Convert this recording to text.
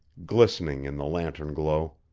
glistening in the lantern-glow.